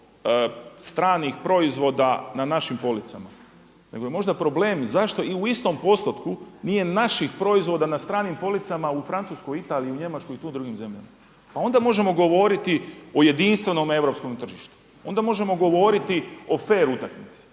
toliko stranih proizvoda na našim policama, nego je možda problem zašto i u istom postotku nije naših proizvoda na stranim policama u Francuskoj, Italiji, u Njemačkoj i drugim zemljama pa onda možemo govoriti o jedinstvenom europskom tržištu, onda možemo govoriti o fer utakmici.